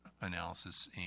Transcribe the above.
analysis